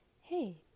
Hey